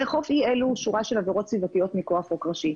לאכוף שורה של עבירות סביבתיות מכוח חוק ראשי,